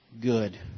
Good